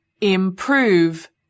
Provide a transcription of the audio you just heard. Improve